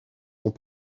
ont